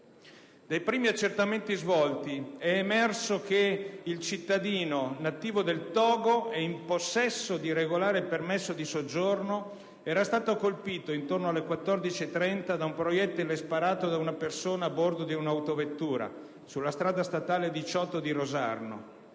Dai primi accertamenti svolti è emerso che il cittadino, nativo del Togo e in possesso di regolare permesso di soggiorno, era stato colpito intorno alle ore 14,30 da un proiettile sparato da una persona a bordo di un'autovettura sulla strada statale 18 di Rosarno.